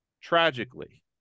tragically